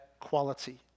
quality